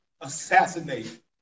assassinate